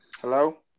Hello